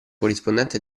corrispondente